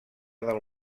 del